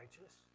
righteous